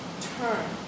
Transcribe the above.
turn